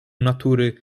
natury